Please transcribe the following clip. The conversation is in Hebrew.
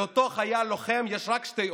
לאותו חייל לוחם יש רק שתי אופציות: